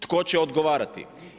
Tko će odgovarati?